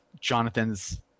Jonathan's